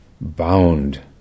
bound